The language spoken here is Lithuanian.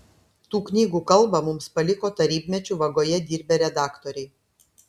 tų knygų kalbą mums paliko tarybmečiu vagoje dirbę redaktoriai